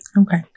Okay